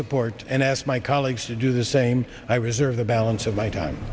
support and ask my colleagues to do the same i reserve the balance of my time